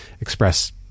express